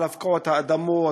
על הפקעת האדמות,